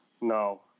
No